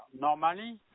Normally